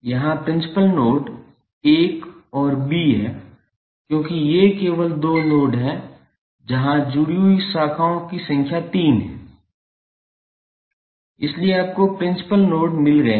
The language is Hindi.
यहाँ प्रिंसिपल नोड 1 और B हैं क्योंकि ये केवल दो नोड हैं जहाँ जुड़ी हुई शाखाओं की संख्या तीन है इसलिए आपको प्रिंसिपल नोड मिल गए हैं